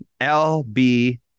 LB